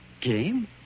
Game